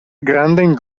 grandajn